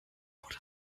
wurde